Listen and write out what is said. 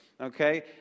okay